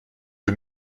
que